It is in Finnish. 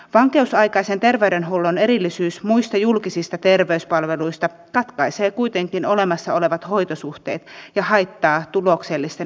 vankeusaikaisen terveydenhuollon erillisyys muista julkisista terveyspalveluista katkaisee kuitenkin olemassa olevat hoitosuhteet ja haittaa tuloksellisten hoitojatkumoiden kehittämistä